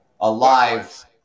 alive